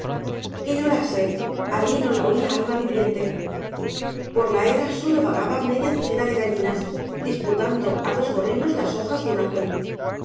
que llorase allí no la oía alma viviente por la era sólo vagaba media docena de gallinas disputando a dos gorrinos las hojas de una col